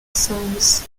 songs